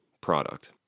product